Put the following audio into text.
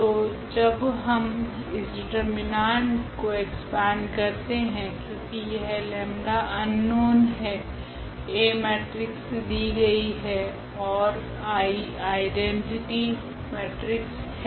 तो जब हम इस डिटर्मिनांट को एक्सपेंड करते है क्योकि यह 𝜆 अननोन है A मेट्रिक्स दी गई है ओर I आइडैनटिटि मेट्रिक्स है